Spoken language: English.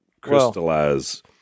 crystallize